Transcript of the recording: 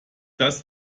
dass